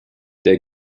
der